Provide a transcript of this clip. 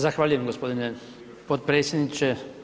Zahvaljujem g. potpredsjedniče.